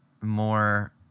more